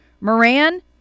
Moran